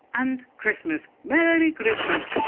and christmas! merry christmas.